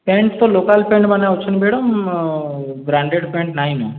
pant ତ local pant ମାନେ ଅଛେ ମ୍ୟାଡ଼ାମ୍ ବ୍ରାଣ୍ଡେଡ଼୍ ପ୍ୟାଣ୍ଟ୍ ନାଇଁ ନ